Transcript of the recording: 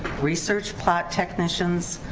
research plot technicians,